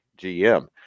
GM